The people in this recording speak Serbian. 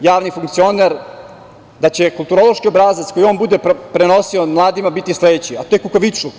javni funkcioner da će kulturološki obrazac koji on bude prenosio mladima biti sledeći – to je kukavičluk.